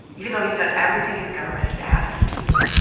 even though he's done everything his government has asked him to,